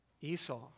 Esau